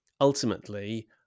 ultimately